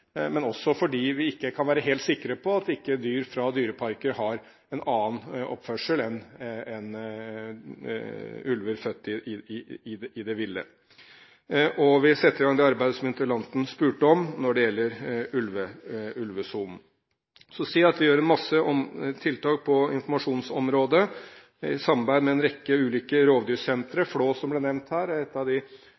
men også fordi vi ikke kan være helt sikre på at ikke dyr fra dyreparker har en annen oppførsel enn ulver født i det ville. Vi setter i gang det arbeidet som interpellanten spurte om når det gjelder ulvesonen. Man kan si at vi gjør en masse tiltak på informasjonsområdet i samarbeid med en rekke ulike rovdyrsentre.